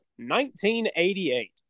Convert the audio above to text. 1988